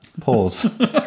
pause